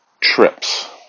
Trips